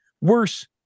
Worse